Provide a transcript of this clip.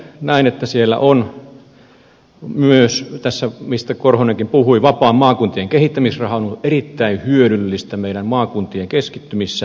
näen että siellä on myös tämä mistä timo korhonenkin puhui vapaa maakunnan kehittämisraha ollut erittäin hyödyllistä meidän maakuntien keskittymissä